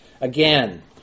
Again